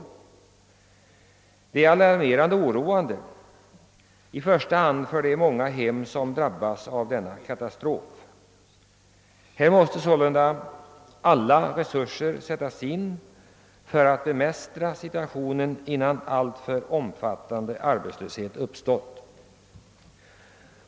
Dessa uppgifter är alarmerande, i första hand för de många hem som kommer att drabbas av denna katastrof. Här måste sålunda alla resurser sättas in för att bemästra situationen innan alltför omfattande arbetslöshet uppstått.